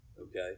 Okay